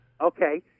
Okay